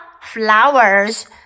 flowers